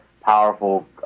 powerful